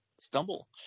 stumble